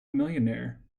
millionaire